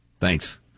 Thanks